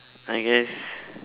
I guess